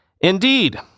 Indeed